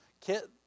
kit